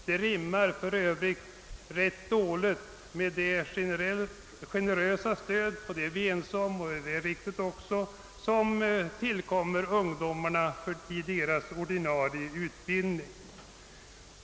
Det rimmar för övrigt rätt dåligt med det generösa stöd som tillkommer ungdomarna i deras ordinarie utbildning. Om detta stöd är vi ju ense.